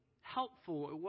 helpful